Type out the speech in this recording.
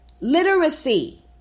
literacy